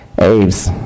Aves